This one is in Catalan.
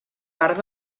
part